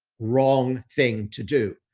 wrong thing to do.